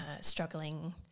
struggling